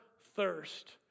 thirst